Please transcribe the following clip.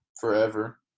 forever